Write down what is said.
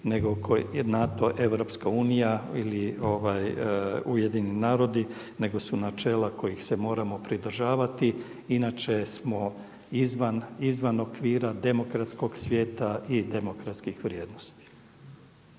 NATO EU ili UN, nego su načela kojih se moramo pridržavati inače smo izvan okvira demokratskog svijeta i demokratskih vrijednosti.